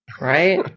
Right